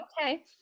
okay